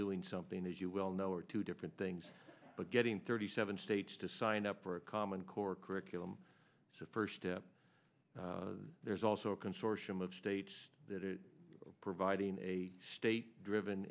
doing something as you well know are two different things but getting thirty seven states to sign up for a common core curriculum so first up there's also a consortium of state that it providing a state driven